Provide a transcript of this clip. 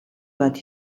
bat